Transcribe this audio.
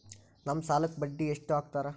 ನಮ್ ಸಾಲಕ್ ಬಡ್ಡಿ ಎಷ್ಟು ಹಾಕ್ತಾರ?